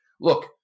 Look